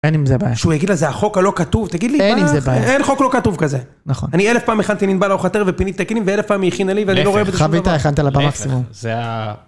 אין אם זה בעיה. שהוא יגיד לזה החוק הלא כתוב, תגיד לי מה? אין אם זה בעיה. אין חוק לא כתוב כזה. נכון. אני אלף פעם הכנתי לענבל ארוחת ערב ואלף פעם היא הכינה לי ואני לא אוהב את זה. חביטה הכנתה לה פעם אחת. זה ה...